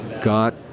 got